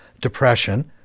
depression